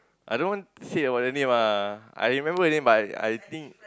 I don't want hear about the name ah I remember the name but I I think